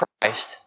Christ